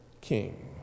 King